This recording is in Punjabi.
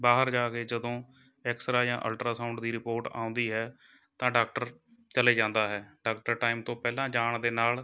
ਬਾਹਰ ਜਾ ਕੇ ਜਦੋਂ ਐਕਸਰਾ ਜਾਂ ਅਲਟ੍ਰਾਸਾਊਂਡ ਦੀ ਰਿਪੋਰਟ ਆਉਂਦੀ ਹੈ ਤਾਂ ਡਾਕਟਰ ਚਲੇ ਜਾਂਦਾ ਹੈ ਡਾਕਟਰ ਟਾਈਮ ਤੋਂ ਪਹਿਲਾਂ ਜਾਣ ਦੇ ਨਾਲ